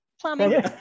plumbing